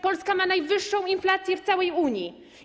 Polska ma najwyższą inflację w całej Unii.